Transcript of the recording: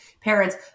parents